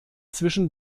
zwischen